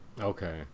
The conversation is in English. Okay